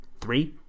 Three